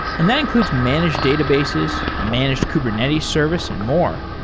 and that includes managed databases, a managed kubernetes service and more.